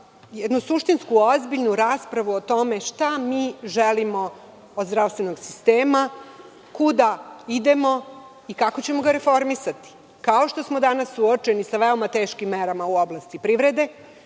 jednu suštinsku ozbiljnu raspravu o tome šta mi želimo od zdravstvenog sistema, kuda idemo i kako ćemo ga reformisati. Kao što smo danas suočeni sa veoma teškim merama u oblasti privrede,